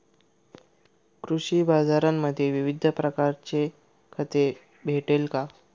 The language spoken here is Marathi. कृषी बाजारांमध्ये विविध प्रकारची खते भेटेल का?